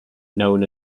known